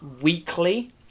weekly